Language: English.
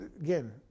again